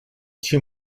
too